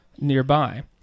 nearby